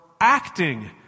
acting